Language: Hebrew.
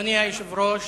אדוני היושב-ראש,